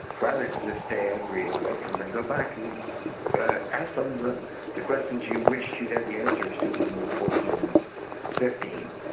rather than just stay angry and away from them. go back and ask them the the questions you wish you'd the answers to when you're fourteen and fifteen.